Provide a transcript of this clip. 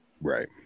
Right